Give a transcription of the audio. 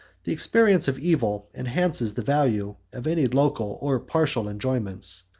the experience of evil enhances the value of any local or partial enjoyments.